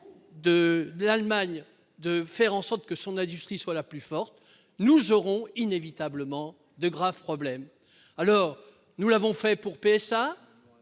de l'Allemagne de faire en sorte que son industrie soit la plus forte -, nous aurons de graves problèmes. Nous l'avons fait pour PSA.